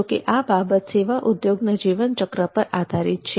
જોકે આ બાબત સેવા ઉઘોગના જીવન ચક્ર પર આધારિત છે